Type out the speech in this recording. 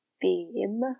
beam